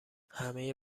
همه